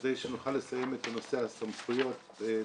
כדי שנוכל לסיים את נושא הסמכויות למשטרה.